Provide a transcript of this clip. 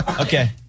Okay